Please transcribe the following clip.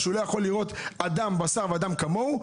שהוא לא יכול לראות אדם בשר ודם כמוהו,